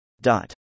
Dot